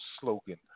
slogan